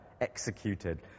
executed